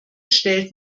stellt